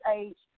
age